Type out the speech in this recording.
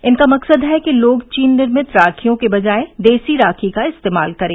इनका मकसद है कि लोग चीन निर्मित राखियों के बजाय देसी राखी का इस्तेमाल करें